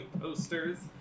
posters